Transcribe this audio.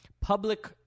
public